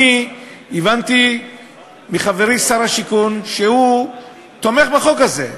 אני הבנתי מחברי שר השיכון שהוא תומך בחוק הזה,